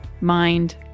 mind